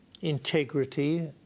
integrity